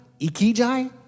ikijai